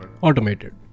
Automated